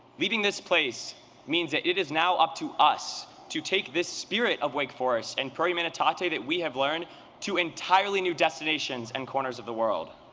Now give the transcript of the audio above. leaving this place means that it is now up to us to take this spirit of wake forest and pro humanitate that we have learned to entirely new destinations and corners of the world.